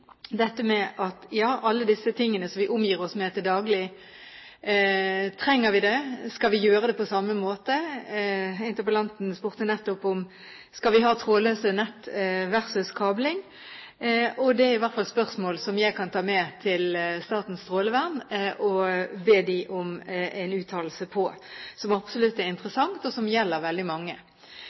alle disse tingene som vi omgir oss med til daglig: Trenger vi det? Skal vi gjøre det på samme måte? Interpellanten spurte nettopp: Skal vi ha trådløse nett versus kabling? Det er i hvert fall spørsmål som jeg kan ta med til Statens strålevern og be om en uttalelse om, som absolutt er interessant, og som gjelder veldig mange.